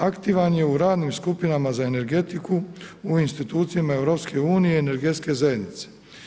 Aktivan je u radnim skupinama za energetiku u institucijama EU-a energetske zajednice.